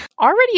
Already